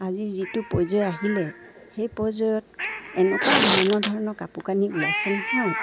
আজি যিটো পৰ্যায় আহিলে সেই পৰ্যায়ত এনেকুৱা ধৰণৰ ধৰণৰ কাপোৰ কানি ওলাইছে নহয়